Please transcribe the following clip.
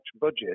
budget